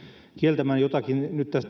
kieltämään jotakin nyt